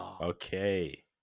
Okay